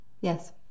Yes